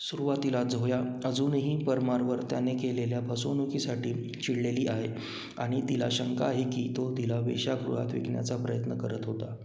सुरुवातीला झोया अजूनही परमारवर त्याने केलेल्या फसवणुकीसाठी चिडलेली आहे आणि तिला शंका आहे की तो तिला वेश्यागृहात विकण्याचा प्रयत्न करत होता